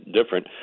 different